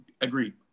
Agreed